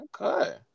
Okay